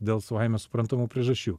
dėl savaime suprantamų priežasčių